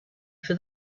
for